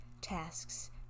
tasks